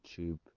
YouTube